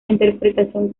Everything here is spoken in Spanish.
interpretación